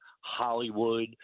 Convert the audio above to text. Hollywood